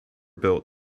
built